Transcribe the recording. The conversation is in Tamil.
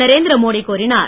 நரேந்திரமோடி கூறினார்